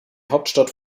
hauptstadt